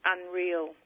Unreal